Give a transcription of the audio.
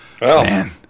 Man